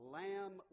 lamb